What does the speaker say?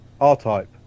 R-Type